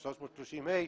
סעיף 330ה,